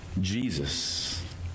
Jesus